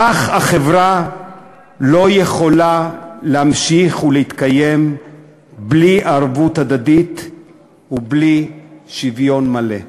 כך החברה לא יכולה להמשיך ולהתקיים בלי ערבות הדדית ובלי שוויון מלא.